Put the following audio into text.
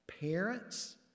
parents